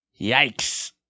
yikes